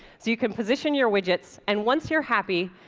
so you can position your widgets and once you're happy,